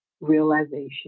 realization